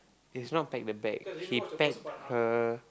he's not packed the bag he packed her